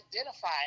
identify